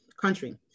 Country